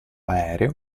aereo